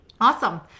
Awesome